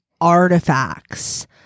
artifacts